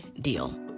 deal